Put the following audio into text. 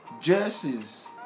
jerseys